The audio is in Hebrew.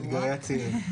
אתגרי הצעירים.